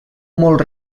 molt